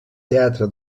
teatre